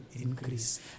increase